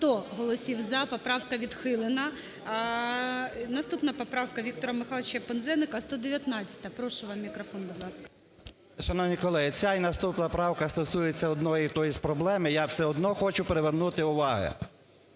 Шановні колеги! Ця і наступна правка стосується одної і тої ж проблеми, я все одно хочу привернути увагу.